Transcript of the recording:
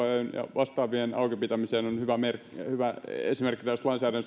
vastaavien auki pitämiseen on hyvä esimerkki lainsäädännöstä jossa fiksusti